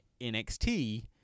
NXT